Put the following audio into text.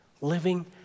living